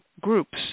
groups